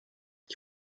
ich